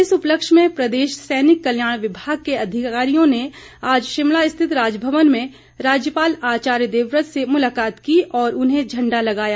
इस उपलक्ष्य में प्रदेश सैनिक कल्याण विभाग के अधिकारियों ने आज शिमला स्थित राजभवन में राज्यपाल आचार्य देवव्रत से मुलाकात की और उन्हें झंडा लगाया